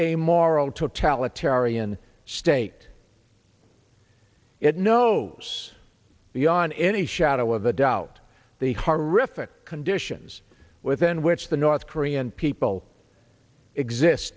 amoral totalitarian state it knows beyond any shadow of a doubt the horrific conditions within which the north korean people exist